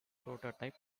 prototype